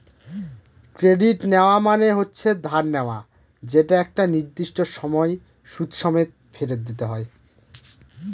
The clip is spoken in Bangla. ক্রেডিট নেওয়া মানে হচ্ছে ধার নেওয়া যেটা একটা নির্দিষ্ট সময় সুদ সমেত ফেরত দিতে হয়